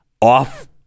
off